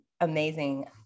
amazing